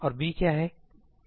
और b क्या है